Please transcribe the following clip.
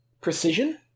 precision